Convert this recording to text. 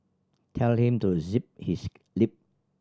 tell him to zip his lip